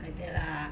like that ah